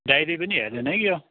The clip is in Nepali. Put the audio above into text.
डायरी पनि हेर्दैन कि के हो